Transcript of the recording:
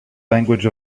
language